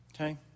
Okay